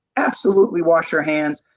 absolutely wash your hands,